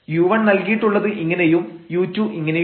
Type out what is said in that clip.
u1 നൽകിയിട്ടുള്ളത് ഇങ്ങനെയും u2 ഇങ്ങനെയുമാണ്